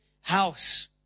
house